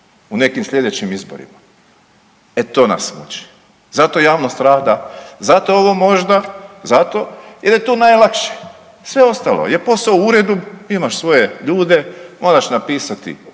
u nekim sljedećim izborima. E to nas muči. Zato javnost rada, zato ovo možda zato jer je tu najlakše, sve ostalo je posao u uredu, imaš svoje ljude moraš napisat